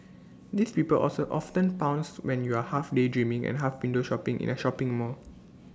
these people also often pounce when you're half daydreaming and half window shopping in A shopping mall